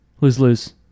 Lose-lose